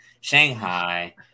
Shanghai